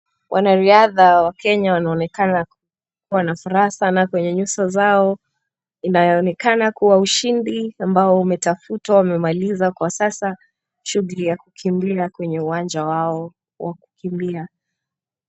Wanariadha wa Kenya wanaonekana kuwa na furaha sana kwenye nyuso zao inayoonekana kuwa ushindi ambao umetafutwa, wamemaliza kwa sasa shughuli ya kukimbia kwenye uwanja wao wa kukimbia.